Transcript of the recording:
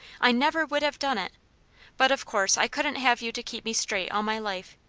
i never would have done it but of course i couldn't have you to keep me straight all my life.